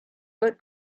but